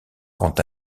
quant